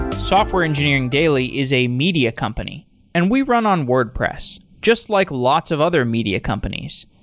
software engineering daily is a media company and we run on wordpress, just like lots of other media companies.